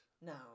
No